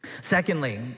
Secondly